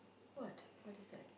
what what is that